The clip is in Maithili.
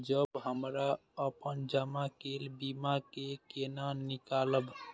जब हमरा अपन जमा केल बीमा के केना निकालब?